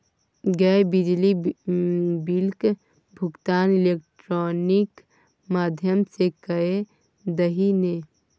गै बिजली बिलक भुगतान इलेक्ट्रॉनिक माध्यम सँ कए दही ने